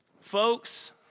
Folks